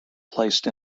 placed